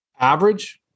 Average